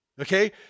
okay